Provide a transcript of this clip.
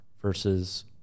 versus